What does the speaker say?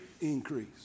increase